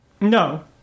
No